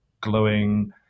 glowing